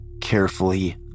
carefully